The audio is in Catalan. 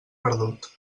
perdut